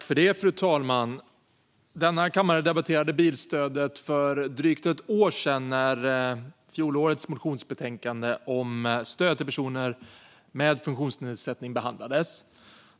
Fru talman! Denna kammare debatterade bilstödet för drygt ett år sedan när fjolårets motionsbetänkande om stöd till personer med funktionsnedsättning behandlades.